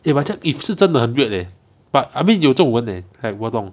eh but 这样是真的很 weird eh but 有这种人 eh like 我懂